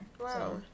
Wow